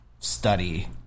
Study